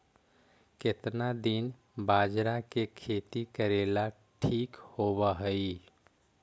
केतना दिन बाजरा के खेती करेला ठिक होवहइ?